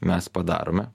mes padarome